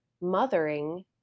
mothering